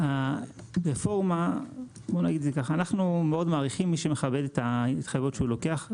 אנחנו מאוד מעריכים מי שמכבד את ההתחייבויות שהוא לוקח.